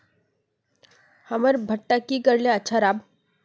हमर भुट्टा की करले अच्छा राब?